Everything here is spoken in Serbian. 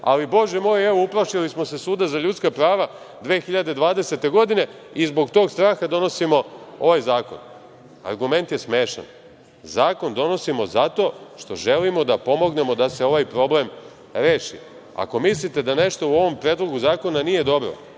ali Bože moj, evo uplašili smo se suda za ljudska prava 2020. godine i zbog toga straha donosimo ovaj zakon. Argument je smešan. Zakon donosimo zato što želimo da pomognemo da se ovaj problem reši. Ako mislite da nešto u ovom Predlogu zakona nije dobro